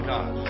God